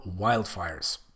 wildfires